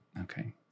Okay